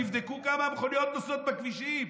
תבדקו כמה מכוניות נוסעות בכבישים,